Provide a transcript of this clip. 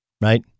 Right